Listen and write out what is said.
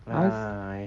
!hais!